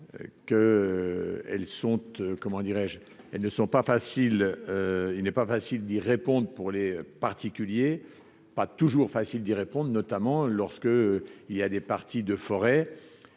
elles ne sont pas faciles, il n'est pas facile d'y répondre pour les particuliers, pas toujours facile d'y répondre, notamment lorsque, il y a des parties de forêt